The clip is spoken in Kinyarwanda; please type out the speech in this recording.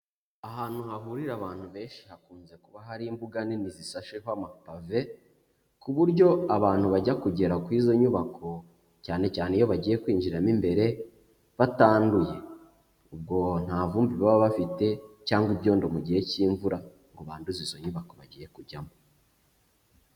Ahantu hahurira abantu benshi hakunze kuba hari imbuga nini zisasheho amapave, ku buryo abantu bajya kugera ku izo nyubako cyane cyane iyo bagiye kwinjiramo imbere batanduye, ubwo nta vumbi baba bafite cyangwa ibyondo mu gihe cy'imvura ngo banduze izo nyubako bagiye kujyamo.